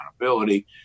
accountability